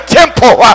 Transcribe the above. temple